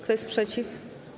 Kto jest przeciw?